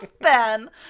Ben